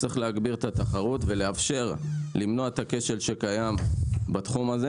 שצריך להגביר את התחרות ולאפשר למנוע את הכשל שקיים בתחום הזה.